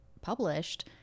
published